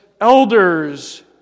elders